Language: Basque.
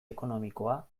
ekonomikoa